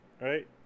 right